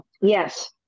yes